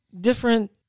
different